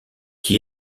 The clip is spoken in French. qui